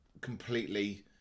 completely